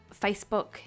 Facebook